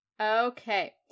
Okay